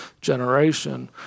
generation